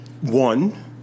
One